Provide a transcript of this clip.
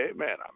Amen